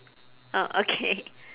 oh okay